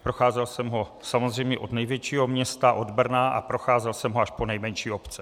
Procházel jsem ho samozřejmě od největšího města, od Brna, a procházel jsem ho až po nejmenší obce.